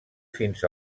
fins